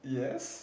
yes